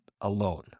alone